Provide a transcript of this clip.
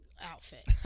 outfit